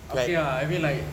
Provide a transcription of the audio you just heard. okay ah I mean like